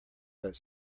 but